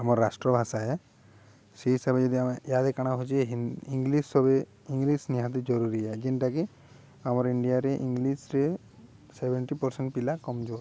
ଆମର ରାଷ୍ଟ୍ର ଭାଷା ହେ ସେଇ ହିସାବରେ ଯଦି ଆମେ ଇହାଦେ କାଣା ହେଉଛେ ଇଂଲିଶ ସବେ ଇଂଲିଶ ନିହାତି ଜରୁରୀ ଯେନ୍ଟାକି ଆମର ଇଣ୍ଡିଆରେ ଇଂଲିଶରେ ସେଭେଣ୍ଟି ପରସେଣ୍ଟ ପିଲା କମଜୋର